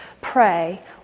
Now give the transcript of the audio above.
pray